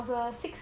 the six